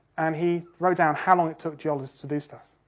and he wrote down how long it took geologists to do stuff.